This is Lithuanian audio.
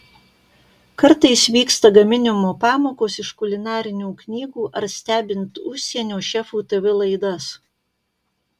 kartais vyksta gaminimo pamokos iš kulinarinių knygų ar stebint užsienio šefų tv laidas